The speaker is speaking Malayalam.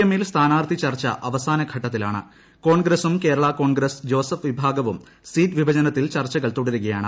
എമ്മിൽ സ്ഥാനാർത്ഥി ചർച്ച അവസാന ഘട്ടത്തിലാണ് കോൺഗ്രസും കേരളാ കോൺഗ്രസ് ജോസഫ് വിഭാഗവും സീറ്റ് വിഭജനത്തിൽ ചർച്ചകൾ തുടരുകയാണ്